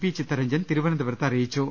P Chittaranjan തിരുവനന്തപുരത്ത് അറിയിച്ചു